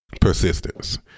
persistence